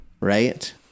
Right